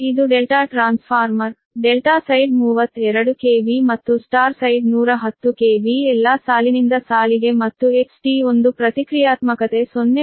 ಇದು ∆ trans transformer ∆ side 32 KV ಮತ್ತು Y side 110 KV ಎಲ್ಲಾ ಸಾಲಿನಿಂದ ಸಾಲಿಗೆ ಮತ್ತು XT1 ಪ್ರತಿಕ್ರಿಯಾತ್ಮಕತೆ 0